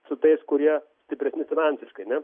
su tais kurie stipresni finansiškai ne